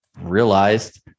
realized